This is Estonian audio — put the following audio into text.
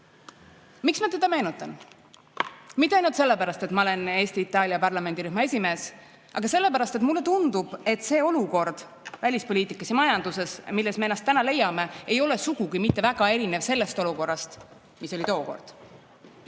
ma teda meenutan? Mitte ainult sellepärast, et ma olen Eesti-Itaalia parlamendirühma esimees, vaid ka sellepärast, et mulle tundub, et see olukord välispoliitikas ja majanduses, milles me ennast täna leiame, ei ole sugugi mitte väga erinev sellest olukorrast, mis oli tookord.